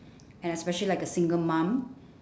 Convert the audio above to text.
and especially like a single mum